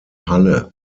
halle